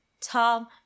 tom